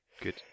Good